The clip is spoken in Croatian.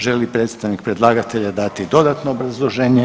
Želi li predstavnik predlagatelja dati dodatno obrazloženje?